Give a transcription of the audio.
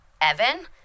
Evan